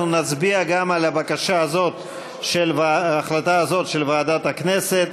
אנחנו נצביע גם על ההחלטה הזאת של ועדת הכנסת,